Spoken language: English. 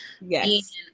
Yes